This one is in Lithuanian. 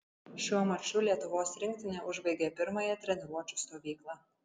šiuo maču lietuvos rinktinė užbaigė pirmąją treniruočių stovyklą